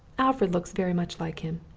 alfred looks very much like him.